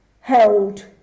held